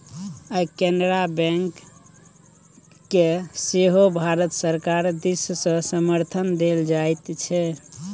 आय केनरा बैंककेँ सेहो भारत सरकार दिससँ समर्थन देल जाइत छै